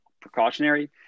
precautionary